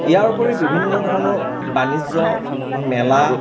ইয়াৰ উপৰিও বিভিন্ন ধৰণৰ বাণিজ্য মেলা